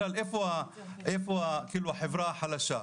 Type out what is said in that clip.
במקומות בהם יש חברה "חלשה".